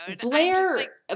Blair